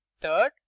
Third